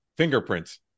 fingerprints